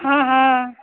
हँ हँ